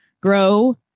grow